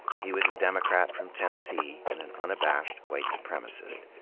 he was a democrat from tennessee and an unabashed white supremacist.